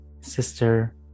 sister